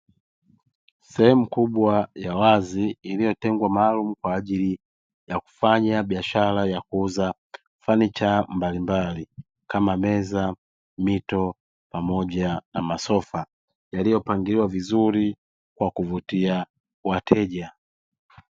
Sehemu kubwa ya wazi iliyotengwa maalumu kwa ajili ya kufanya biashara ya kuuza fanicha mbalimbali, kama meza, mito, pamoja na masofa, yaliyopangiliwa vizuri kwa kuvutia wateja.